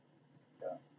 yeah